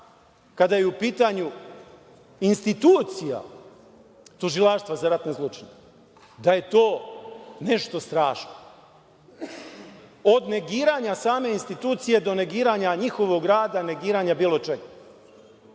kada je u pitanju institucija Tužilaštva za ratne zločine, da je to nešto strašno. Od negiranja same institucije do negiranja njihovog rada, negiranja bilo čega.